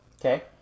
Okay